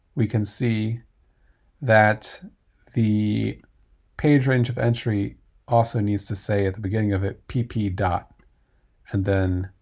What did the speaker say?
we can see that the page range of entry also needs to say at the beginning of it, pp dot and then